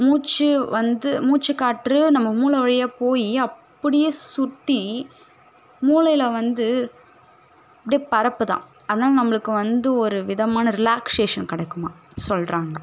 மூச்சு வந்து மூச்சுக் காற்று நம்ம மூளை வழியாக போய் அப்படியே சுற்றி மூளையில வந்து அப்படே பரப்பு தான் அதனால் நம்மளுக்கு வந்து ஒரு விதமான ரிலாக்சேஷன் கிடைக்குமா சொல்கிறாங்க